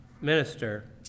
minister